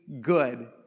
good